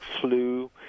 flu